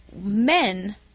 men